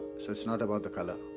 so it's not about the colour,